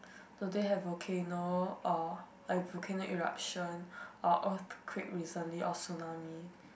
do they have volcano or like volcano eruption or earthquake recently or tsunami